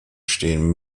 stehen